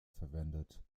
verwendet